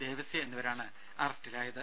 ദേവസ്യ എന്നിവരാണ് അറസ്റ്റിലായത്